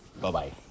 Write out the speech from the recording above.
Bye-bye